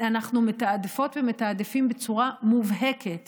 אנחנו מתעדפות ומתעדפים בצורה מובהקת